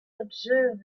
observe